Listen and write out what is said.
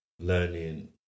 learning